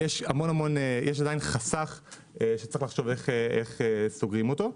יש עדיין חסך שצריך לחשוב איך סוגרים אותו.